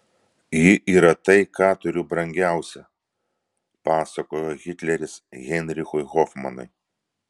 ji yra tai ką turiu brangiausia pasakojo hitleris heinrichui hofmanui